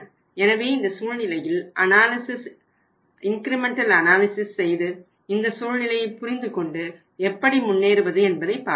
எனவே இந்த சூழ்நிலையில் அனாலிசிஸ் இன்கிரிமெண்டல் அனாலிசிஸ் செய்து இந்த சூழ்நிலையை புரிந்துகொண்டு எப்படி முன்னேறுவது என்பதை பார்ப்போம்